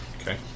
Okay